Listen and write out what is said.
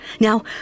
Now